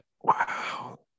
Wow